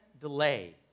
delay